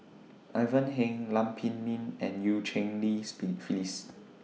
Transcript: Ivan Heng Lam Pin Min and EU Cheng Li's Bee Phyllis